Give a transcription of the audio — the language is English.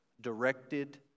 directed